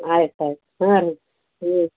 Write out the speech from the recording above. ಆಯ್ತು ಆಯ್ತು ಹಾಂ ರೀ ಹ್ಞೂ